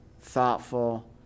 thoughtful